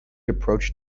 approached